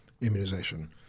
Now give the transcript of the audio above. immunization